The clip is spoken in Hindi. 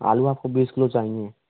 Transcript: आलू आप को बीस किलो चाहिए